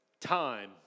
time